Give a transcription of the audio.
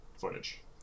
footage